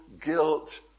guilt